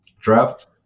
Draft